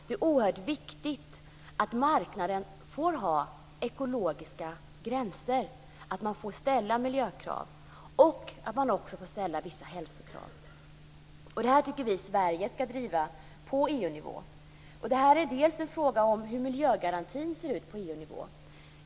Det är oerhört viktigt att marknaden får ha ekologiska gränser och att man får ställa miljökrav och att man också får ställa vissa hälsokrav. Detta tycker vi att Sverige ska driva på EU-nivå. Det är bl.a. en fråga om hur miljögarantin ser ut på EU nivå.